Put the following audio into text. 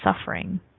suffering